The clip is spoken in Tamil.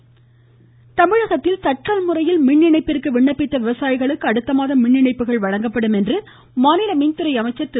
தங்கமணி தமிழகத்தில் தட்கல் முறையில் மின் இணைப்பிற்கு விண்ணப்பித்த விவசாயிகளுக்கு அடுத்த மாதம் மின் இணைப்புகள் வழங்கப்படும் என்று மாநில மின்துறை அமைச்சர் திரு